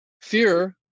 fear